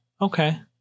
Okay